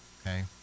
okay